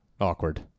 awkward